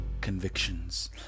convictions